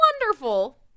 Wonderful